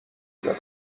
زدم